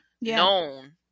known